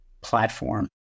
platform